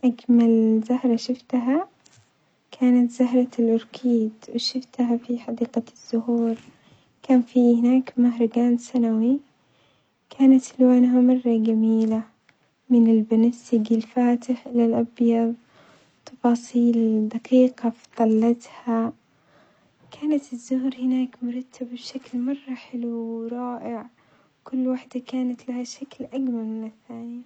أجمل زهرة شفتها كانت زهرة الأوركيد وكانت في حديقة الزهور، كان في هناك مهرجان سنوي كانت لونها مرة جميلة من البنفسجي الفاتح إلى الأبيض، تفاصيل دقيقة في طلتها، كانت الزهور هناك مرتبة بشكل مرة حلو ورائع، كل واحدة كانت لها شكل أجمل من الثانية.